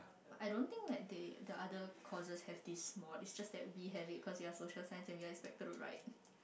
but I don't think like they the other courses have this is just that we have it cause we are social science and we are expected to write